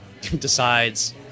decides